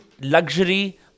luxury